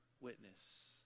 witness